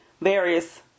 various